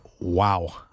wow